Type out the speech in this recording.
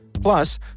Plus